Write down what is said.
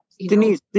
Denise